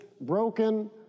broken